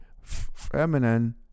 feminine